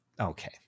okay